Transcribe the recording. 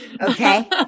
okay